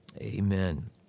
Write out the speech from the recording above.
Amen